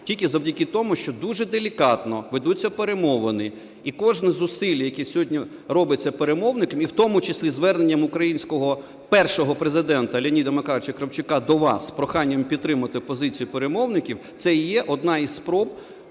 тільки завдяки тому, що дуже делікатно ведуться перемовини. І кожне зусилля, яке сьогодні робиться перемовниками, і в тому числі звернення українського першого Президента Леоніда Макаровича Кравчука до вас з проханням підтримати позицію перемовників – це і є одна із спроб